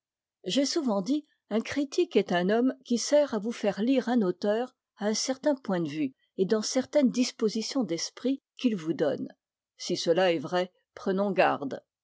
j'ai souvent dit un critique est un homme qui sert à vous faire lire un auteur à un certain point de vue et dans certaines dispositions d'esprit qu'il vous donne si cela est vrai prenons garde